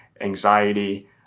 anxiety